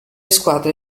squadre